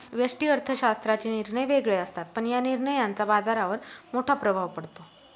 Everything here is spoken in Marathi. व्यष्टि अर्थशास्त्राचे निर्णय वेगळे असतात, पण या निर्णयांचा बाजारावर मोठा प्रभाव पडतो